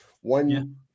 one